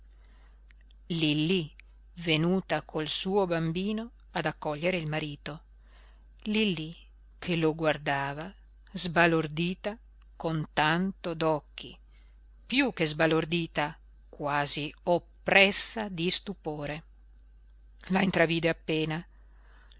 venuta col suo bambino ad accogliere il marito lillí che lo guardava sbalordita con tanto d'occhi piú che sbalordita quasi oppressa di stupore la intravide appena